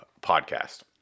podcast